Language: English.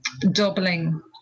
doubling